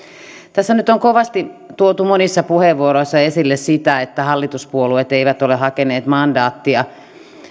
tässä nyt on kovasti tuotu monissa puheenvuoroissa esille sitä että hallituspuolueet eivät ole hakeneet mandaattia